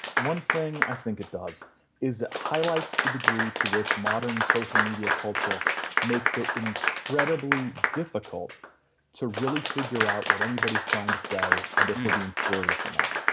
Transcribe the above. one thing i think it does is it highlights the degree to which modern social media culture makes it incredibly difficult to really figure out what anybody is trying to say and if they're being serious or not.